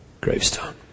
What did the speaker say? gravestone